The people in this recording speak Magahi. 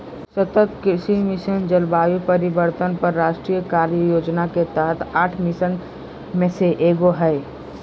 सतत कृषि मिशन, जलवायु परिवर्तन पर राष्ट्रीय कार्य योजना के तहत आठ मिशन में से एगो हइ